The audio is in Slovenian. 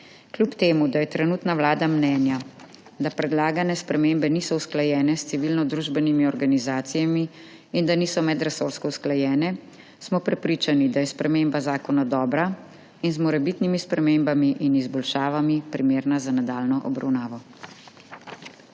Kljub temu da je trenutna vlada mnenja, da predlagane spremembe niso usklajene s civilnodružbenimi organizacijami in da niso medresorsko usklajene, smo prepričani, da je sprememba zakona dobra in z morebitnimi spremembami in izboljšavami primerna za nadaljnjo obravnavo.